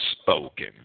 spoken